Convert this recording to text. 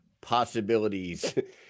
possibilities